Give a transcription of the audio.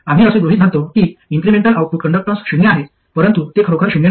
आम्ही असे गृहीत धरतो की इन्क्रिमेंटल आउटपुट कंडक्टन्स शून्य आहे परंतु ते खरोखर शून्य नाही